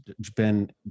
japan